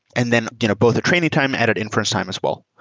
and then you know both the training time added inference time as well,